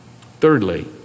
Thirdly